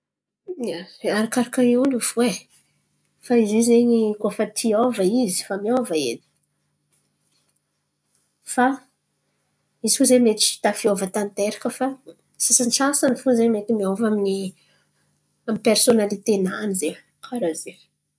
Ia, arakaraka i olo io fo e. Fa zy io zen̈y kà fa ty hiôva izy, fa miôva edy. Fa izy fo zen̈y mety tsy tafiôva tanteraka fa sasantsasany fo zen̈y mety miôva amin'ny amin'ny persônalitenany zen̈y. Karà zen̈y.